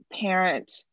parent